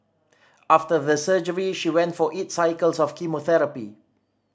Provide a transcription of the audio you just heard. after the surgery she went for eight cycles of chemotherapy